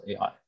AI